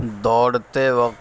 دوڑتے وقت